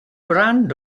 brand